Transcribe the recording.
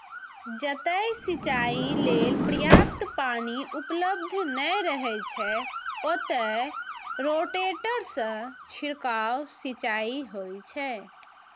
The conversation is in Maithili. जतय सिंचाइ लेल पर्याप्त पानि उपलब्ध नै रहै छै, ओतय रोटेटर सं छिड़काव सिंचाइ होइ छै